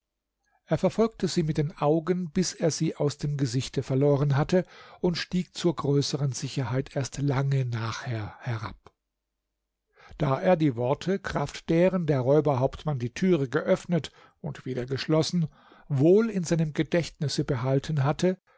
er verfolgte sie mit den augen bis er sie aus dem gesichte verloren hatte und stieg zur größeren sicherheit erst lange nachher herab da er die worte kraft deren der räuberhauptmann die türe geöffnet und wieder geschlossen wohl in seinem gedächtnisse behalten hatte